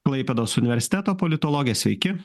klaipėdos universiteto politologė sveiki